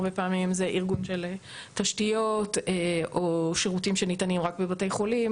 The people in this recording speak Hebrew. הרבה פעמים זה ארגון של תשתיות או שירותים שניתנים רק בבתי חולים